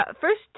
first